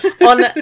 on